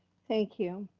thank you.